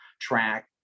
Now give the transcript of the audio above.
track